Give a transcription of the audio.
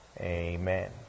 Amen